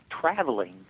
traveling